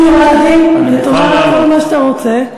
תקבל זמן לפנים משורת הדין ותאמר כל מה שאתה רוצה,